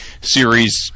series